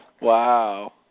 Wow